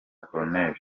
col